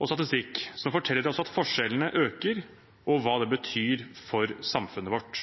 og statistikk som forteller oss at forskjellene øker, og hva det betyr for samfunnet vårt.